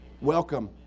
welcome